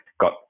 got